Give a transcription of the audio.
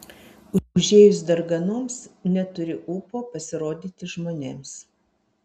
užėjus darganoms neturi ūpo pasirodyti žmonėms